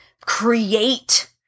create